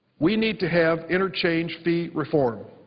we need to have interchange fee reform.